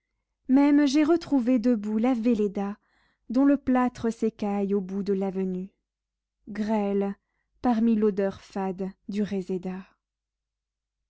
même j'ai retrouvé debout la velléda dont le plâtre s'écaille au bout de l'avenue grêle parmi l'odeur fade du réséda